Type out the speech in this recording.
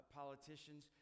politicians